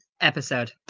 episode